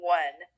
one